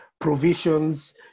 Provisions